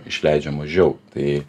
išleidžia mažiau tai